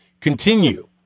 continue